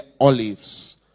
olives